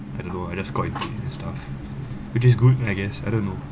I don't know I just got into it and stuff which is good I guess I don't know